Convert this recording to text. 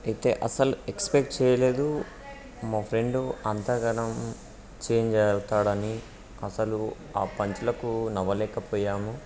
అయితే అసలు ఎక్సపెక్ట్ చేయలేదు మా ఫ్రెండు అంతగాని చేంజ్ అవుతాడని అసలు ఆ పంచులకు నవ్వలేకపోయాము